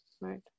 right